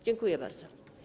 Dziękuję bardzo.